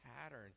pattern